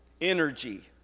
energy